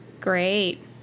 Great